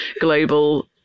global